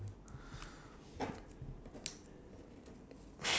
for now it's just more of a pass time and a source of income